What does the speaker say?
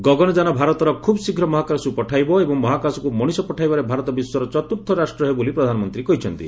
ଗଗନଯାନ ଭାରତ ଖୁବ୍ଶୀଘ୍ର ମହାକାଶକୁ ପଠାଇବ ଏବଂ ମହାକାଶକୁ ମଣିଷ ପଠାଇବାରେ ଭାରତ ବିଶ୍ୱର ଚତ୍ରର୍ଥ ରାଷ୍ଟ ହେବ ବୋଲି ପ୍ରଧାନମନ୍ତ୍ରୀ କହିଛନ୍ତି